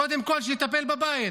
קודם כול, שיטפל בבית,